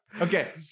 Okay